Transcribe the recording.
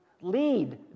lead